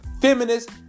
feminist